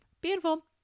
Beautiful